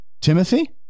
Timothy